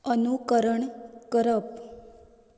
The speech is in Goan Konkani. अनुकरण करप